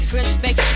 respect